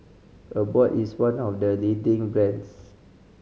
Abbott is one of the leading brands